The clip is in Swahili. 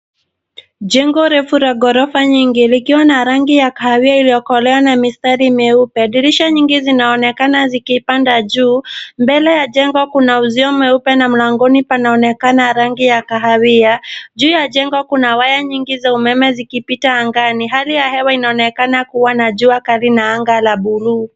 Jengo refu la ghorofa nyingi likiwa na rangi ya kahawia iliyo kolea na mistari meupe. Dirisha nyingi zimeonekana zikipanda juu. Mbele ya jengo kuna uzio meupe na mlangoni pana onekana rangi ya kahawia. Juu ya jengo kuna waya nyingi za umeme zikipita angani. Hali ya hewa ina onekana kuwa na jua kali na anga la buluu.